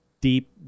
deep